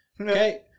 Okay